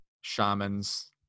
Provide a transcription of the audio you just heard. shamans